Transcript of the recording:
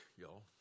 y'all